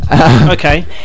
Okay